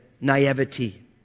naivety